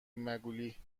مگولی